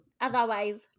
otherwise